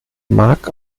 mark